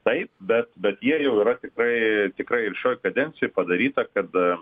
taip bet bet jie jau yra tikrai tikrai ir šioj kadencijoj padaryta kad